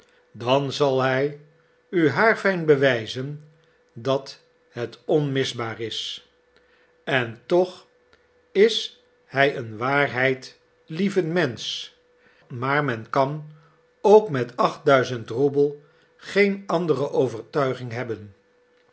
dan zal hij u haarfijn bewijzen dat het onmisbaar is en toch is hij een waarheidlievend mensch maar men kan ook met achtduizend roebel geen andere overtuiging hebben